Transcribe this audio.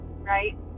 right